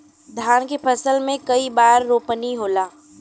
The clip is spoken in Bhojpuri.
धान के फसल मे कई बार रोपनी होला?